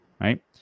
right